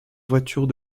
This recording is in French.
voiture